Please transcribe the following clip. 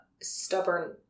stubborn